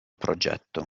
progetto